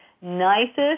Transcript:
nicest